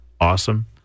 awesome